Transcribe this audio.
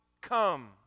come